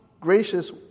gracious